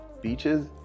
beaches